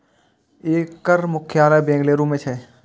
एकर मुख्यालय बेंगलुरू मे छै